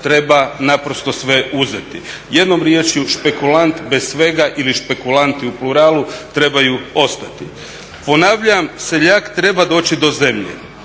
treba naprosto sve uzeti. Jednom rječju, špekulant bez svega ili špekulanti u pluralu trebaju ostati. Ponavljam, seljak treba doći do zemlje.